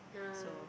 ah